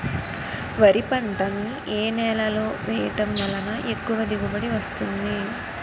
వరి పంట ని ఏ నేలలో వేయటం వలన ఎక్కువ దిగుబడి వస్తుంది?